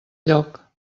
lloc